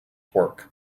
work